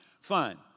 fine